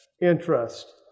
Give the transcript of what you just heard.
interest